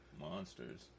Monsters